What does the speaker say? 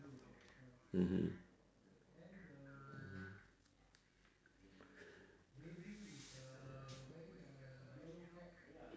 mmhmm